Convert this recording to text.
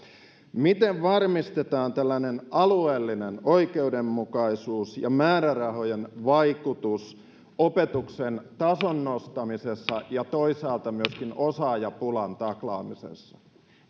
miten varmistetaan tällainen alueellinen oikeudenmukaisuus ja määrärahojen vaikutus opetuksen tason nostamisessa ja toisaalta myöskin osaajapulan taklaamisessa